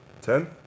Ten